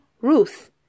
Ruth